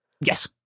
Yes